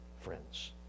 friends